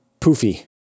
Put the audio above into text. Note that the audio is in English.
poofy